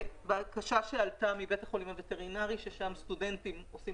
הבקשה עלתה מבית החולים הווטרינרי ששם סטודנטים עושים